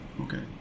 Okay